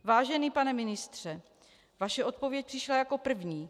Vážený pane ministře, vaše odpověď přišla jako první.